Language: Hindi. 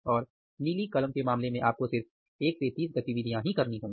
और नीली कलम के मामले में आपको सिर्फ एक से तीस गतिविधियां ही करनी होंगी